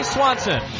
Swanson